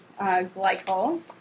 glycol